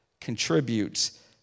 contributes